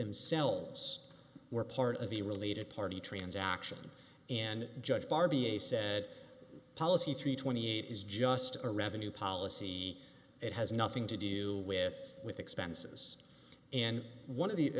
themselves were part of the related party transactions and judge barbie a said policy three twenty eight is just a revenue policy it has nothing to do with with expenses and one of the